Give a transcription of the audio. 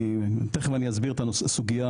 תכף אני אסביר את הסוגייה,